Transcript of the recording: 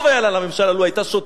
טוב היה לה לממשלה אם היה שותקת.